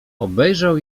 obejrzał